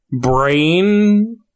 brain